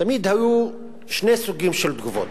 תמיד היו שני סוגים של תגובות.